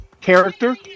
character